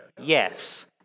yes